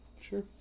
Sure